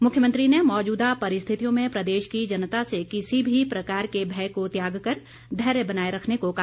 मुख्यमंत्री ने मौजूदा परिस्थितियों में प्रदेश की जनता से किसी भी प्रकार के भय को त्याग कर धैर्य बनाए रखने को कहा